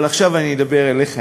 אבל עכשיו אני אדבר אליך.